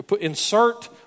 insert